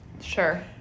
Sure